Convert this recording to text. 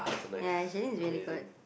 ya Shilin is very good